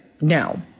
No